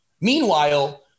Meanwhile